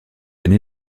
année